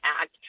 Act